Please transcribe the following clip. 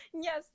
Yes